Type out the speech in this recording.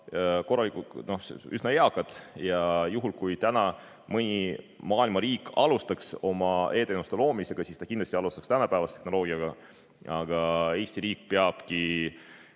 on üsna eakad ja juhul, kui täna mõni maailma riik alustaks oma e-teenuste loomisega, siis ta kindlasti alustaks tänapäevase tehnoloogiaga. Aga Eesti riik peabki